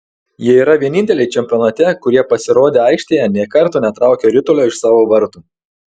jie yra vieninteliai čempionate kurie pasirodę aikštėje nė karto netraukė ritulio iš savo vartų